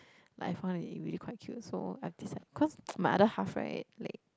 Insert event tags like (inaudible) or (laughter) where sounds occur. like I found it really quite cute so I've decide cause (noise) my other half right like